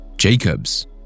Jacobs